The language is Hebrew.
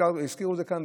הזכירו את זה כאן.